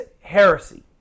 heresy